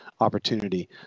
opportunity